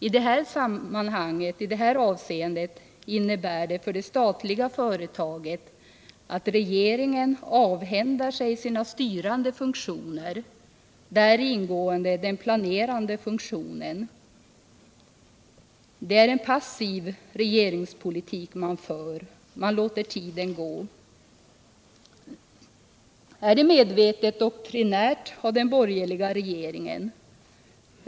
I det här sammanhanget innebär detta begrepp att regeringen för det statliga företaget avhänder sig sina styrande funktioner, i vilka ingår den planerande funktionen. Man för en passiv regeringspolitik — man låter tiden gå. Är det medvetet doktrinärt av den borgerliga regeringen?